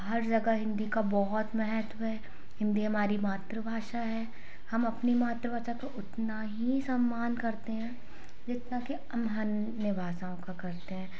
हर जगह हिंदी का बहुत महत्व है हिंदी हमारी मातृभाषा है हम अपनी मातृभाषा को उतना ही सम्मान करते हैं जितना कि हम अन्य भाषाओं का करते हैं